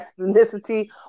ethnicity